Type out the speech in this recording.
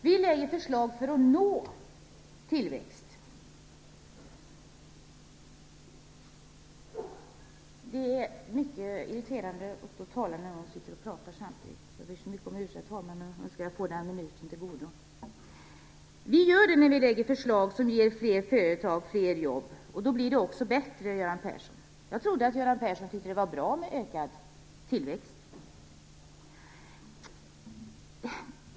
Vi i Folkpartiet lägger fram förslag för att vi skall nå tillväxt, fler företag och fler jobb. Då blir det också bättre, Göran Persson. Jag trodde att han tyckte att det var bra med ökad tillväxt.